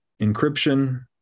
encryption